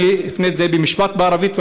אני אפנה במשפט בערבית,